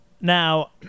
Now